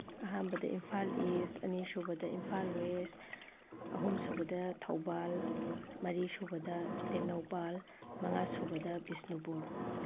ꯑꯍꯥꯟꯕꯗ ꯏꯝꯐꯥꯜ ꯏꯁ ꯑꯅꯤꯁꯨꯕꯗ ꯏꯝꯐꯥꯜ ꯋꯦꯁ ꯑꯍꯨꯝꯁꯨꯕꯗ ꯊꯧꯕꯥꯜ ꯃꯔꯤꯁꯨꯕꯗ ꯇꯦꯛꯅꯧꯄꯜ ꯃꯉꯥꯁꯨꯕꯗ ꯕꯤꯁꯅꯨꯄꯨꯔ